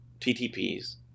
TTPs